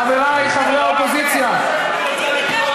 (חברת הכנסת איילת נחמיאס ורבין יוצאת מאולם